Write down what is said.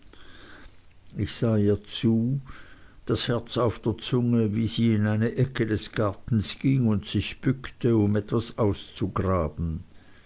ich sah ihr zu das herz auf der zunge wie sie in eine ecke des gartens ging und sich bückte um etwas auszugraben